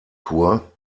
tour